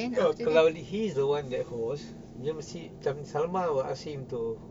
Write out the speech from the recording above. uh kalau he is the one that host macam si macam salmah will ask him to